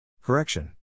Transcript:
Correction